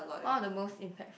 what are the most impactful